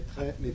mais